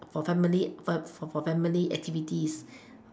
for family for for family activities